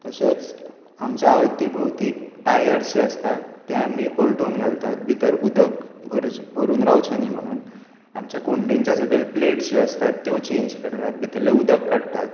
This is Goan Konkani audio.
तशेंच आमच्या अवती भोवतीक टायर्स जे आसतात ते आमी पळटून घालतात भितर उदक भर भरून रावचें न्ही म्हणून आमच्या कुंडेंच्या सकयल प्लेट्स ज्यो आसतात त्यो चेंज करतात भितरलें उदक काडटात